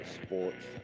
sports